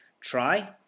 try